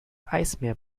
eismeer